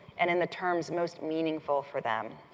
and in the terms most meaningful for them.